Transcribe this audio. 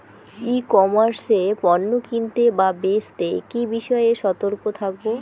ই commerce এ পণ্য কিনতে বা বেচতে কি বিষয়ে সতর্ক থাকব?